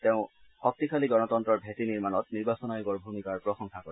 তেওঁ শক্তিশালী গণতন্তৰৰ ভেটি নিৰ্মাণত নিৰ্বাচন আয়োগৰ ভূমিকাৰ প্ৰশংসা কৰে